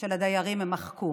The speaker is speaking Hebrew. של הדיירים, הם מחקו.